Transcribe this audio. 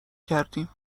کردیم